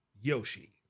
Yoshi